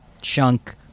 chunk